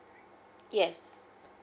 yes